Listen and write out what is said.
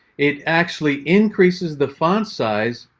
it actually increases the font size